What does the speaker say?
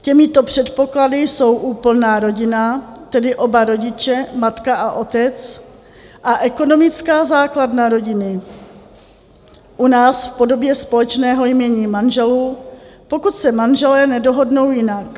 Těmito předpoklady jsou úplná rodina, tedy oba rodiče, matka a otec, a ekonomická základna rodiny, u nás v podobě společného jmění manželů, pokud se manželé nedohodnou jinak.